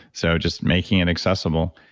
so just making it accessible.